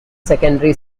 secondary